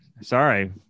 Sorry